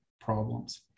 problems